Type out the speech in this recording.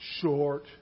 short